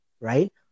right